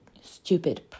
stupid